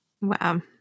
wow